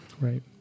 right